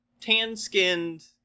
tan-skinned